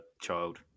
child